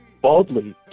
baldly